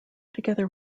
together